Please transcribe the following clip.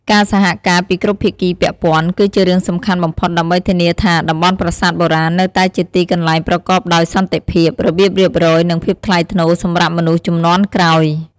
ការសហការពីគ្រប់ភាគីពាក់ព័ន្ធ គឺជារឿងសំខាន់បំផុតដើម្បីធានាថា តំបន់ប្រាសាទបុរាណនៅតែជាទីកន្លែងប្រកបដោយសន្តិភាព របៀបរៀបរយ និងភាពថ្លៃថ្នូរសម្រាប់មនុស្សជំនាន់ក្រោយ។